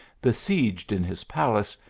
besieged in his palace,